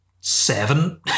seven